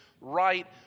right